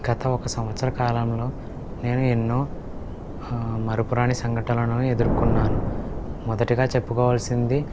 గత ఒక సంవత్సరకాలంలో నేను ఎన్నో మరుపురాని సంఘటనలను ఎదురుకొన్నాను మొదటిగా చెప్పుకోవాల్సింది